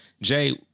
Jay